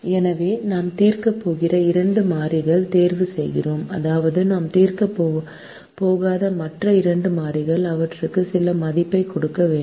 எனவே நாம் தீர்க்கப் போகிற இரண்டு மாறிகள் தேர்வு செய்கிறோம் அதாவது நாம் தீர்க்கப் போகாத மற்ற இரண்டு மாறிகள் அவற்றுக்கு சில மதிப்பைக் கொடுக்க வேண்டும்